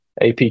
AP